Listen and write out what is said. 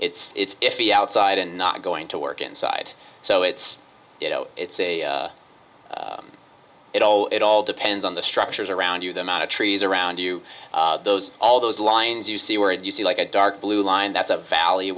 it's iffy outside and not going to work inside so it's you know it's a it all it all depends on the structures around you the amount of trees around you those all those lines you see where do you see like a dark blue line that's a valley